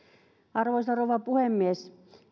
arvoisa rouva puhemies